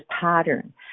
pattern